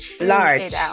Large